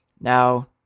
Now